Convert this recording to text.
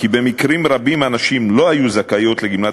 שבמקרים רבים הנשים לא היו זכאיות לגמלת